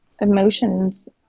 emotions